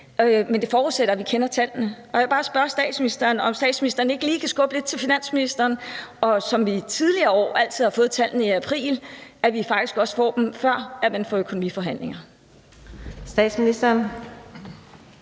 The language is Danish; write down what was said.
Men det forudsætter, at vi kender tallene. Jeg vil bare spørge statsministeren, om statsministeren ikke lige kan skubbe lidt til finansministeren – vi har i tidligere år altid fået tallene i april – så vi også får dem, før der er økonomiforhandlinger. Kl.